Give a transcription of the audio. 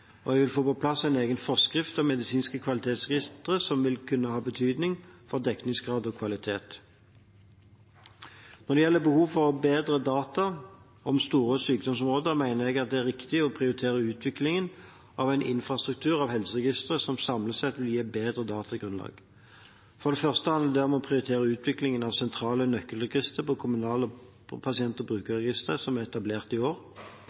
og jeg vil få på plass en egen forskrift om medisinske kvalitetsregistre som vil kunne ha betydning for dekningsgrad og kvalitet. Når det gjelder behov for bedre data om store sykdomsområder, mener jeg det er riktig å prioritere utvikling av en infrastruktur av helseregistre som samlet sett vil gi et bedre datagrunnlag. For det første handler det om å prioritere utviklingen av sentrale nøkkelregistre, som kommunalt pasient- og brukerregister, som er etablert i år,